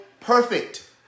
perfect